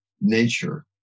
nature